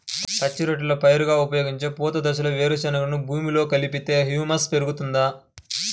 పచ్చి రొట్టెల పైరుగా ఉపయోగించే పూత దశలో వేరుశెనగను భూమిలో కలిపితే హ్యూమస్ పెరుగుతుందా?